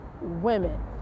women